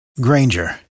Granger